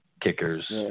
kickers